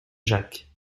jacques